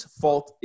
fault